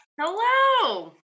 Hello